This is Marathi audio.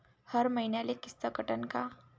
हर मईन्याले किस्त कटन का?